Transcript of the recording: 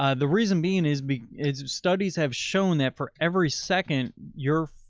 ah the reason being is b is studies have shown that for every second, your,